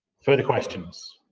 further questions